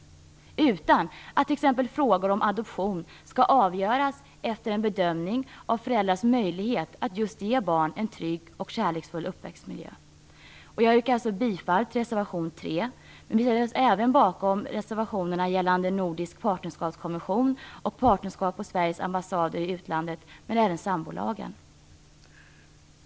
I stället skall t.ex. frågor om adoption avgöras efter en bedömning av föräldrars möjligheter att just ge barn en trygg och kärleksfull uppväxtmiljö. Jag yrkar bifall till reservation 3, men ställer mig även bakom de reservationer som gäller en nordisk partnerskapskonvention, registrering av partnerskap på Sveriges ambassader i utlandet samt sambolagen.